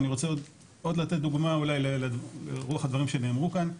אני רוצה עוד לתת דוגמא אולי ברוח הדברים שנאמרו כאן.